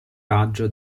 raggio